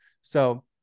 So-